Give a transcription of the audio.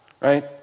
right